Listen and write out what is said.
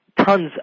tons